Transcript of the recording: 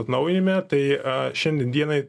atnaujinime tai šiandien dienai